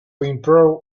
improve